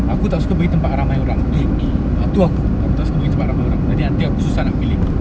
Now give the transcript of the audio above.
aku tak suka pergi tempat ramai orang itu aku aku tak suka pergi tempat ramai orang nanti nak tengok susah nak beli